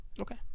Okay